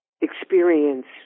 experience